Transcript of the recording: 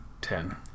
ten